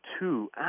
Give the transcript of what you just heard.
two